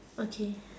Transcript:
okay